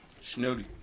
Snooty